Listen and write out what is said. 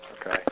okay